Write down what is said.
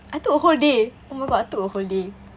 I took a whole day oh my god I took a whole day